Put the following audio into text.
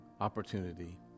opportunity